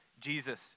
Jesus